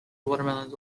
watermelons